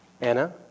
Anna